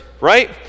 right